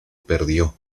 perdió